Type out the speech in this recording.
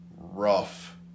rough